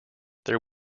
there